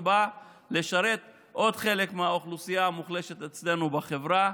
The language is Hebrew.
שבא לשרת עוד חלק מהאוכלוסייה המוחלשת אצלנו בחברה.